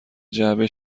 جعبه